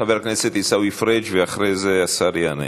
חבר הכנסת עיסאווי פריג', ואחרי זה השר יענה.